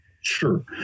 Sure